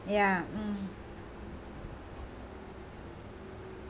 ya mm